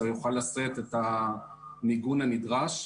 המבנה יוכל לשאת את המיגון הנדרש.